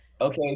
Okay